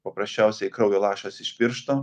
paprasčiausiai kraujo lašas iš piršto